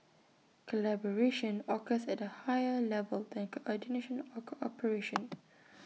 collaboration occurs at A higher level than coordination low or cooperation